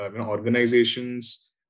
organizations